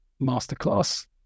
masterclass